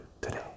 today